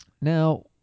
Now